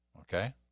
okay